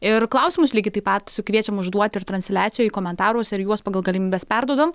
ir klausimus lygiai taip pat sukviečiame užduot ir transliacijoj į komentarus ir juos pagal galimybes perduodame